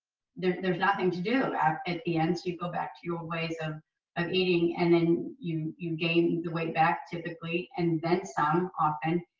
there's there's nothing to do at the end so you go back to your old ways of of eating and then you you gain the weight back typically and then some, often.